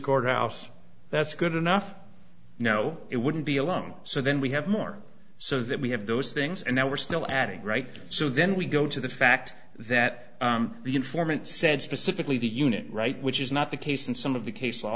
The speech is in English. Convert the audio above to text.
courthouse that's good enough no it wouldn't be alone so then we have more so that we have those things and now we're still adding right so then we go to the fact that the informant said specifically the unit right which is not the case and some of the case